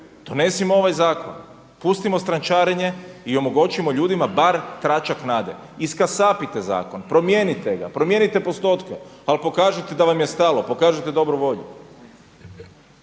donesimo ovaj zakon, pustimo strančarenje i omogućimo ljudima bar tračak nade, iskasapite zakon, promijenite ga, promijenite postotke, ali pokažite da vam je stalo, pokažite dobru volju.